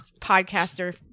podcaster